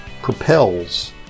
propels